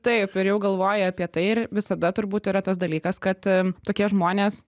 taip ir jau galvoji apie tai ir visada turbūt yra tas dalykas kad tokie žmonės